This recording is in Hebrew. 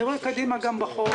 אני רואה קדימה גם בחוב,